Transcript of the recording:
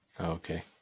Okay